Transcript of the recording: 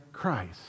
christ